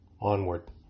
onward